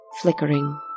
flickering